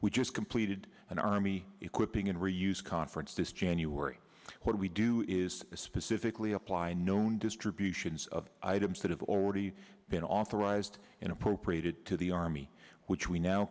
just completed an army equipping and reuse conference this january what we do is specifically apply known distributions of items that have already been authorized and appropriated to the army which we now